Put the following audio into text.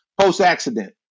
post-accident